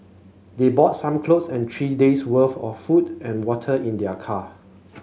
they bought some clothes and three days' worth of food and water in their car